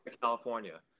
California